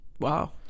Wow